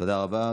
תודה רבה.